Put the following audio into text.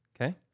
Okay